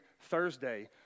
Thursday